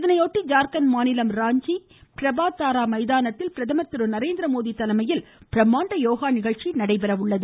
இதனையொட்டி ஜார்க்கண்ட் மாநிலம் ராஞ்சி பிரபாத் தாரா மைதானத்தில் பிரதமர் திரு நரேந்திரமோடி தலைமையில் பிரம்மாண்ட யோகா நிகழ்ச்சி நடைபெறுகிறது